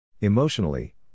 Emotionally